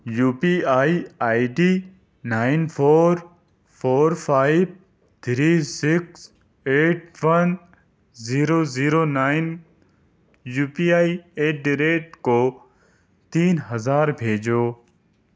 you P I I D nine four four five three six eight one zero zero nine U P I at the rate کو تین ہزار بھیجو